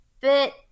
fit